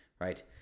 right